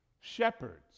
shepherds